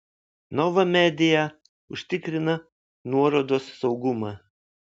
nova media užtikrina nuorodos saugumą